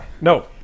no